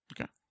Okay